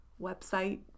website